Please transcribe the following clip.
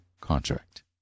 contract